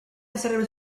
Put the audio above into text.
decided